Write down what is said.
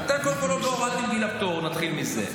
אתם עוד לא הורדתם את גיל הפטור, נתחיל מזה.